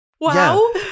wow